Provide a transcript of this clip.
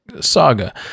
Saga